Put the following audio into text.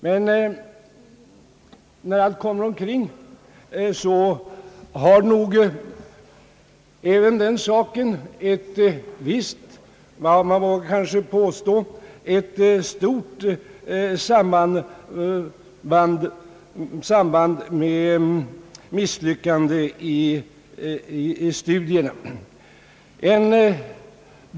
Men när allt kommer omkring har nog även "den saken ett visst, man vågar kanske påstå ett stort samband med misslyckande i studierna.